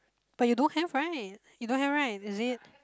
but you don't have right you don't have right is it